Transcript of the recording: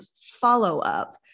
follow-up